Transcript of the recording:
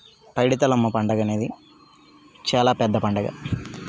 పైడితల్లమ్మ పండుగ అనేది చాలా పెద్ద పండగ